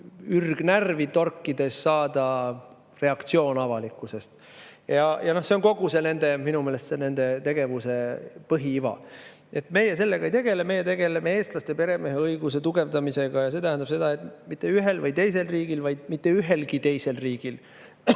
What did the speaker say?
ürgnärvi torkides saada avalikkuse reaktsioon. See on minu meelest kogu nende tegevuse põhiiva. Meie sellega ei tegele. Meie tegeleme eestlaste peremeheõiguse tugevdamisega. See tähendab seda, et mitte ühel või teisel riigil, vaid mitte ühelgi teisel riigil